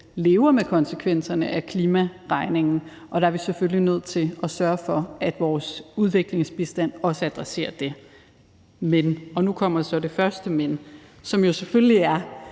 lever med konsekvenserne af klimaregningen, og der er vi selvfølgelig nødt til at sørge for, at vores udviklingsbistand også adresserer det. Men nu kommer så det første »men«, som selvfølgelig er